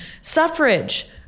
suffrage